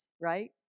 right